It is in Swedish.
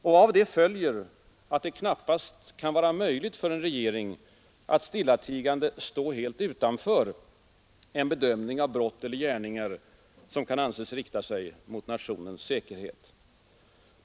Därav följer att det knappast kan vara möjligt för en regering att stillatigande stå helt utanför en bedömning av brott eller gärningar, som kan anses rikta sig mot nationens säkerhet.